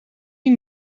die